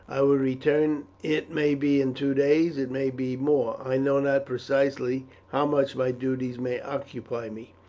i will return it may be in two days, it may be more i know not precisely how much my duties may occupy me.